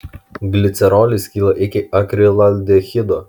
glicerolis skyla iki akrilaldehido